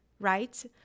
Right